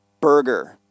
burger